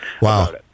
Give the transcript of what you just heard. Wow